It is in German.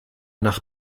nach